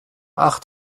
acht